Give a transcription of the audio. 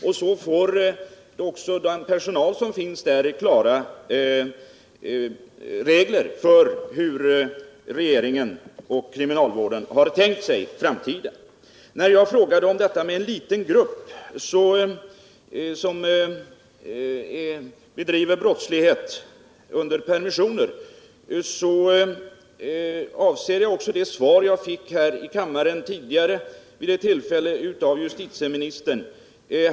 I så fall skulle också den personal som finns där få klara regler för hur regeringen och kriminalvården har tänkt sig framtiden. När jag ställde min fråga med anledning av uttalandet om att en liten grupp bedriver brottslighet under permissioner syftade jag också på det svar som jag fick vid ett tidigare tillfälle här i kammaren av justitieministern.